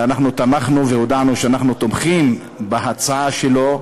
ואנחנו תמכנו והודענו שאנחנו תומכים בהצעה שלו,